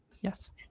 yes